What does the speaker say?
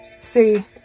See